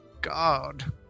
god